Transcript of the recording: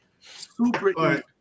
Super